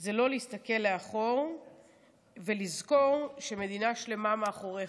זה לא להסתכל לאחור ולזכור שמדינה שלמה מאחוריך.